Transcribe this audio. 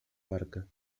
barca